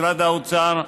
משרד האוצר,